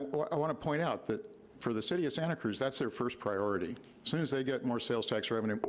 and i want to point out that for the city of santa cruz, that's their first priority. as soon as they get more sales tax revenue,